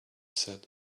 said